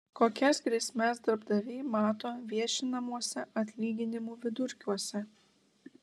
kokias grėsmes darbdaviai mato viešinamuose atlyginimų vidurkiuose